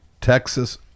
Texas